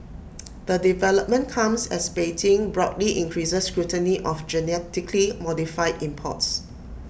the development comes as Beijing broadly increases scrutiny of genetically modified imports